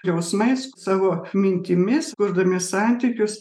jausmais savo mintimis kurdami santykius